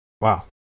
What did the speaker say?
Wow